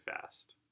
fast